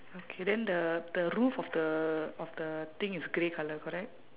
okay then the the roof of the of the thing is grey colour correct